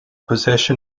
possession